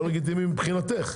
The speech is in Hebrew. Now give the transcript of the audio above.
לא לגיטימי מבחינתך.